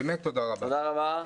תודה רבה.